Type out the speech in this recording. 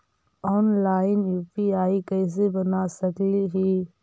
Online UPI कैसे बना सकली ही?